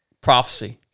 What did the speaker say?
prophecy